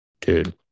dude